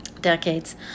Decades